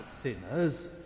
sinners